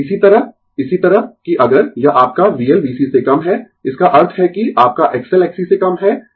Refer Slide Time 3142 इसी तरह इसी तरह कि अगर यह आपका VL VC से कम है इसका अर्थ है कि आपका XL Xc से कम है